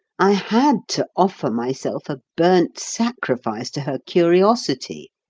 i had to offer myself a burnt sacrifice to her curiosity,